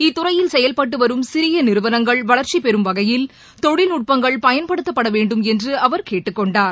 இத்துறையில் செயல்பட்டு வரும் சிழிய நிறுவளங்கள் வளர்ச்சி பெறம் வகையில் தொழில்நட்பங்கள் பயன்படுத்தப்படவேண்டும் என்று அவர் கேட்டுக்கொண்டார்